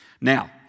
Now